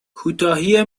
کوتاهی